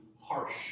harsh